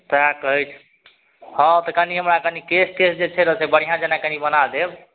सएह कहै छी हँ तऽ कनि हमरा कनि केश तेश जे छै ने से बढ़िआँ जेना कनि बना देब